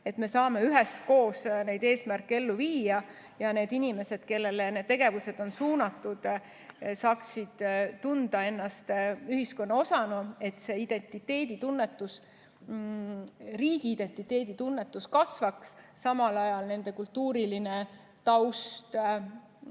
Me saame üheskoos neid eesmärke ellu viia, et need inimesed, kellele need tegevused on suunatud, saaksid tunda ennast ühiskonna osana, nii et see identiteeditunnetus, riigiidentiteeditunnetus kasvaks ja samal ajal nende kultuuriline taust